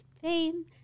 fame